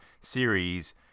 series